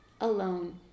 alone